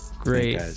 Great